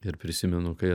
ir prisimenu kai